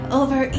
over